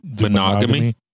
Monogamy